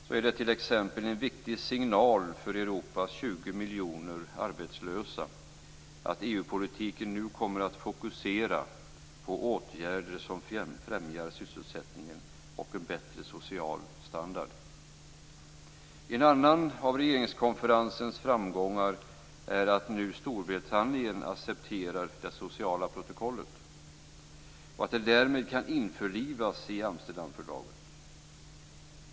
Det är t.ex. en viktig signal för Europas 20 miljoner arbetslösa att EU-politiken nu kommer att fokusera på åtgärder som främjar sysselsättningen och en bättre social standard. En annan av regeringskonferensens framgångar är att Storbritannien nu accepterar det sociala protokollet och att det därmed kan införlivas i Amsterdamfördraget.